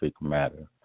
matter